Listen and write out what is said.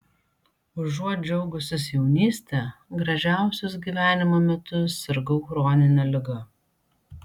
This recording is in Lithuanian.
užuot džiaugusis jaunyste gražiausius gyvenimo metus sirgau chronine liga